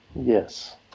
Yes